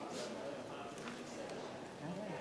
עברה.